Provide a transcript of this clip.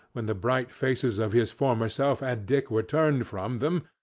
when the bright faces of his former self and dick were turned from them,